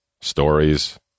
stories